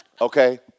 okay